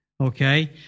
Okay